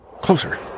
closer